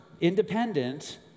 independent